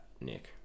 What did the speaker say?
Nick